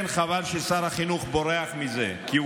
כן,